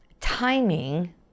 timing